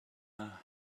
are